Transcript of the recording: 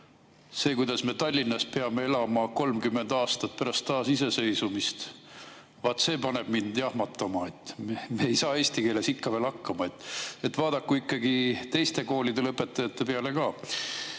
see, kuidas me Tallinnas peame elama 30 aastat pärast taasiseseisvumist, vaat see paneb mind jahmatama. Me ei saa eesti keeles ikka veel hakkama. Vaadaku ikkagi teiste koolide lõpetajate peale ka. Aga